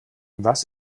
was